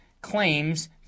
claims